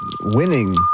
Winning